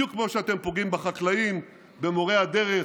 בדיוק כמו שאתם פוגעים בחקלאים, במורי הדרך,